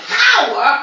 power